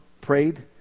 prayed